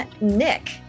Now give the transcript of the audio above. Nick